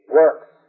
works